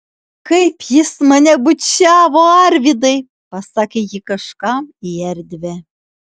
kaip jis mane bučiavo arvydai pasakė ji kažkam į erdvę